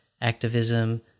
activism